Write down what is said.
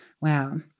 Wow